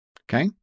Okay